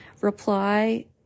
reply